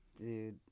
Dude